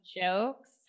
jokes